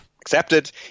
accepted